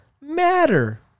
matter